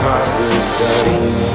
Paradise